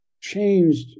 changed